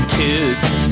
kids